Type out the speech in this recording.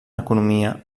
economia